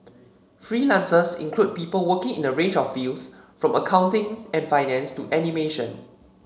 freelancers include people working in a range of fields from accounting and finance to animation